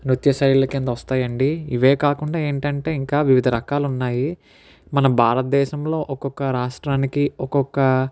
నృత్య శైలి కింద వస్తాయీ అండి ఇవే కాకుండా ఏంటంటే ఇంకా వివిధ రకాలు ఉన్నాయి మన భారతదేశంలో ఒక్కొక్క రాష్ట్రానికి ఒక్కొక్క